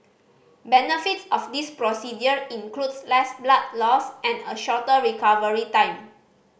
benefits of this procedure includes less blood loss and a shorter recovery time